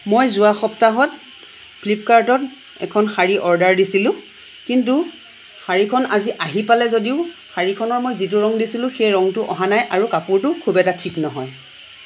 মই যোৱা সপ্তাহত ফ্লিপকাৰ্টত এখন শাৰী অৰ্ডাৰ দিছিলোঁ কিন্তু শাৰীখন আজি আহি পালে যদিও শাৰীখনৰ মই যিটো ৰং দিছিলোঁ সেই ৰঙটো অহা নাই আৰু কাপোৰটো খুব এটা ঠিক নহয়